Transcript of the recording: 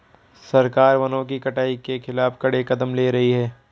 सरकार वनों की कटाई के खिलाफ कड़े कदम ले रही है